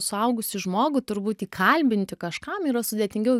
suaugusį žmogų turbūt įkalbinti kažkam yra sudėtingiau